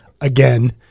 again